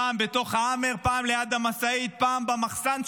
פעם בתוך ההאמר, פעם ליד המשאית, פעם במחסן.